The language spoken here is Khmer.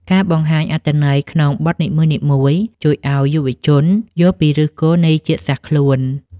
ការបង្ហាញអត្ថន័យក្នុងបទនីមួយៗ ជួយឱ្យយុវជនយល់ពីឫសគល់នៃជាតិសាសន៍ខ្លួន។